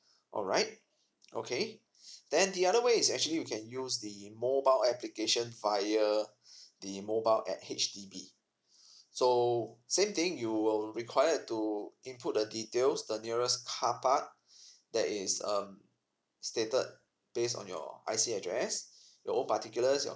alright okay then the other way is actually you can use the mobile application via the mobile app H_D_B so same thing you will require to input the details the nearest carpark that is um stated based on your I_C address your particulars your